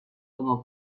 como